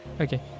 okay